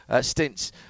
stints